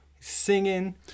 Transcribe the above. singing